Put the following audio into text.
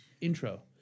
intro